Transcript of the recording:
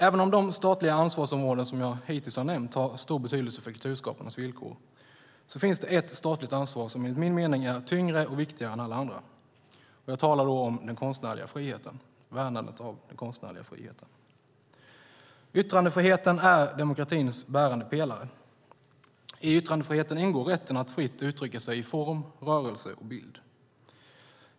Även om de statliga ansvarsområden som jag hittills har nämnt har stor betydelse för kulturskaparnas villkor, finns det ett statligt ansvar som enligt min mening är tyngre och viktigare än alla andra. Jag talar då om värnandet av den konstnärliga friheten. Yttrandefriheten är demokratins bärande pelare. I yttrandefriheten ingår rätten att fritt uttrycka sig i form, rörelse och bild.